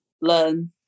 learn